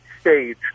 stage